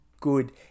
good